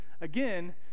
again